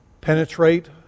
penetrate